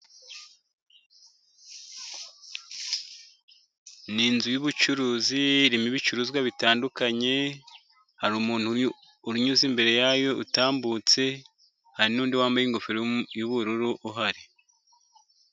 Ni inzu y'ubucuruzi irimo ibicuruzwa bitandukanye hari, umuntu unyuze imbere yayo utambutse, hari n'undi wambaye ingofero y'ubururu uhari.